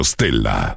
Stella